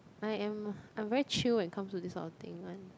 I am I'm very chill when comes to this kind of thing one